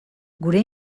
gure